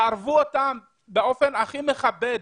תערבו אותם באופן הכי מכבד.